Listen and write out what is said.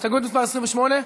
הסתייגות מס' 28?